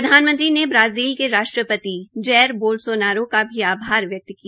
प्रधानमंत्री ने ब्राजील के राष्ट्रपति जैर बोलसो नारो का भी आभार व्यक्त किया